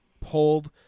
pulled